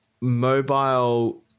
mobile